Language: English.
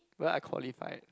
well I qualified